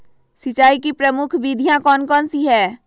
सिंचाई की प्रमुख विधियां कौन कौन सी है?